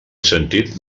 sentit